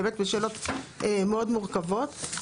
באמת בשאלות מאוד מורכבות.